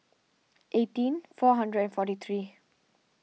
eighteen four hundred and forty three